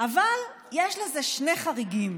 אבל יש לזה שני חריגים,